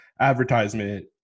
advertisement